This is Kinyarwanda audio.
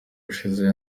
ushize